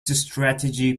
strategy